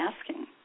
asking